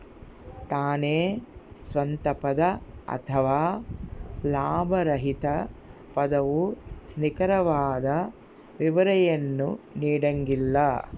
ತಾನೇ ಸ್ವಂತ ಪದ ಅಥವಾ ಲಾಭರಹಿತ ಪದವು ನಿಖರವಾದ ವಿವರಣೆಯನ್ನು ನೀಡಂಗಿಲ್ಲ